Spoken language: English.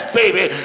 baby